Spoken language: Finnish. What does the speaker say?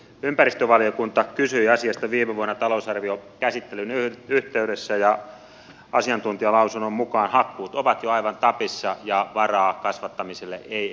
ympäristövaliokunta kysyi asiasta viime vuonna talousarviokäsittelyn yhteydessä ja asiantuntijalausunnon mukaan hakkuut ovat jo aivan tapissa ja varaa kasvattamiselle ei enää ole